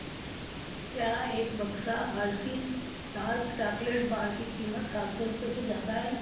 क्या एक बक्सा हर्शीज़ डार्क चॉकलेट बार की कीमत सात सौ रुपये से ज़्यादा है